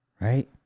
right